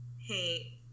hey